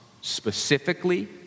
specifically